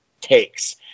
takes